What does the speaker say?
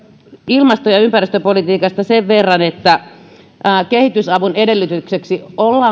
ilmasto ja ja ympäristöpolitiikasta sen verran että ollaanko kehitysavun edellytykseksi